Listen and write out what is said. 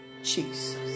Jesus